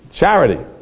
charity